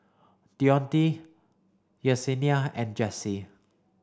Dionte Yesenia and Jesse